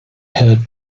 heard